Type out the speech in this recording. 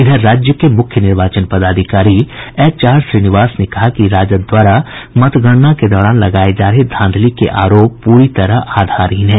इधर राज्य के मुख्य निर्वाचन पदाधिकारी एच आर श्रीनिवास ने कहा कि राजद द्वारा मतगणना के दौरान लगाये जा रहे धांधली के आरोप पूरी तरह आधारहीन हैं